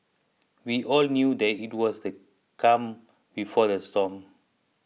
we all knew that it was the calm before the storm